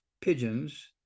pigeons